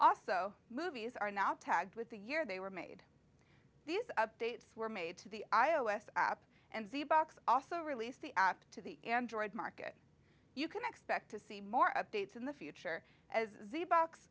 also movies are now tagged with the year they were made these updates were made to the i o s app and z box also released the app to the android market you can expect to see more updates in the future as the box